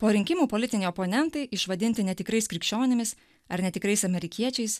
po rinkimų politiniai oponentai išvadinti netikrais krikščionimis ar netikrais amerikiečiais